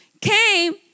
came